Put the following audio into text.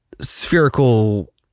Spherical